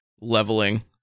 leveling